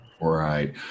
Right